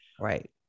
Right